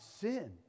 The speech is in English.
sin